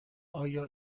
آیا